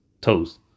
toes